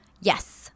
yes